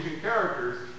characters